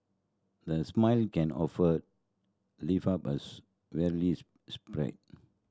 the smile can offer lift up a weary spirit